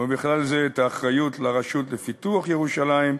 ובכלל זה את האחריות לרשות לפיתוח ירושלים,